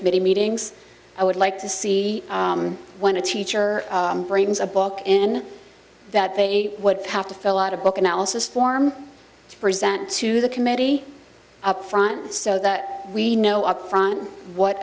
committee meetings i would like to see when a teacher brings a book in that they have to fill out a book analysis form present to the committee upfront so that we know upfront what